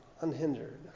unhindered